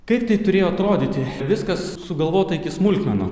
kaip tai turėjo atrodyti viskas sugalvota iki smulkmenų